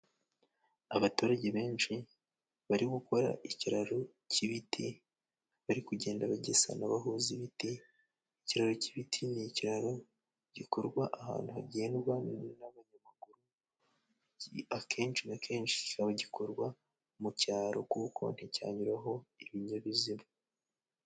Abaturage benshi bari gukora ikiraro cy'ibiti, bari kugenda bagisana bahuza ibiti. Ikiraro cy'ibiti ni ikiraro gikorwa ahantu hagendwa n'abanyamaguru, akenshi na kenshi kikaba gikorwa mu cyaro, kuko nticyanyuraho ibinyabiziga.